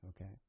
Okay